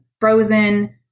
frozen